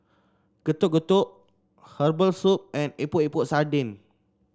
Getuk Getuk Herbal Soup and Epok Epok Sardin